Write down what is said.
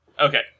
Okay